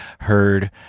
heard